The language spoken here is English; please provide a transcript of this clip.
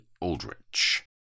Aldrich